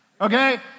Okay